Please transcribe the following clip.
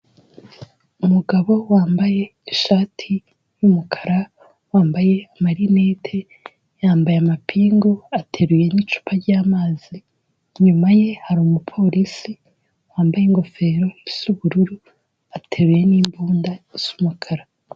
Umugabo wambaye ishati y'umukara, wambaye amarinete, yambaye amapingu, ateruye n'icupa ry'amazi, inyuma ye hari umupolisi wambaye ingofero isa ubururu ateruye n'imbunda isa umukara.